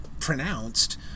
Pronounced